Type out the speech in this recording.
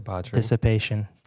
dissipation